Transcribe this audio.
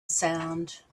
sound